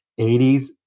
80s